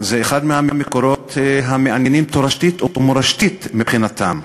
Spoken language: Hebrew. הוא אחד מהמקורות המעניינים תורשתית ומורשתית מבחינתם.